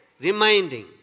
reminding